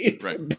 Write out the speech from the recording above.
Right